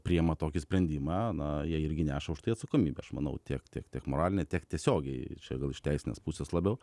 priėma tokį sprendimą na jie irgi neša už tai atsakomybę aš manau tiek tiek tiek moralinė tiek tiesiogiai ir čia gal iš teisinės pusės labiau